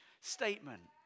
statement